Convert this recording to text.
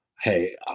hey